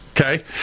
Okay